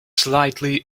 slightly